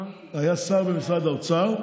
שר במשרד האוצר.